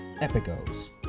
Epic-O's